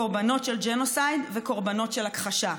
קורבנות של ג'נוסייד וקורבנות של הכחשה.